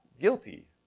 guilty